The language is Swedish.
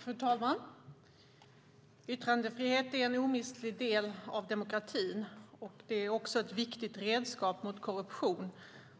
Fru talman! Yttrandefrihet är en omistlig del av demokratin. Det är också ett viktigt redskap mot korruption